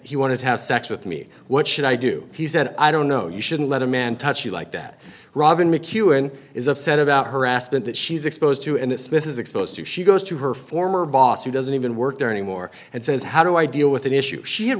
he wanted to have sex with me what should i do he said i don't know you shouldn't let a man touch you like that robin mckeown is upset about harassment that she's exposed to and this myth is exposed to she goes to her former boss who doesn't even work there anymore and says how do i deal with an issue she had